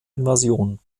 invasion